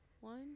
one